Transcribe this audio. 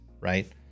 right